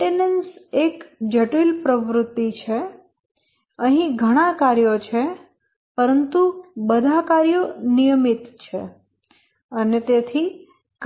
maintenance એક જટિલ પ્રવૃત્તિ છે અહીં ઘણા કાર્યો છે પરંતુ બધા કાર્યો નિયમિત છે અને તેથી